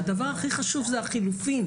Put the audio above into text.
הדבר הכי חשוב או ה-לחלופין.